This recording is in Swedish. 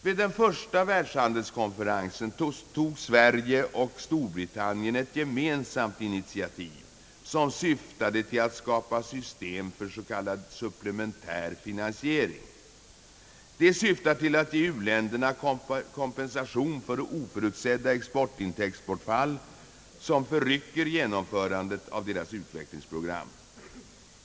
Vid den första världshandelskonferensen tog Sverige och Storbritannien ett gemensamt initiativ, som syftade till att skapa ett system för s.k. supplementär finansiering. Det syftar till att ge uländerna kompensation för oförutsedda exportintäktbortfall som förrycker genomförandet av deras utvecklingsprogram.